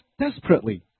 desperately